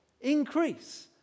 increase